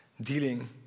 dealing